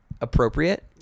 appropriate